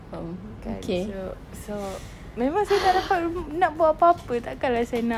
err kan so so memang saya tak dapat nak buat apa-apa tak akan lah saya nak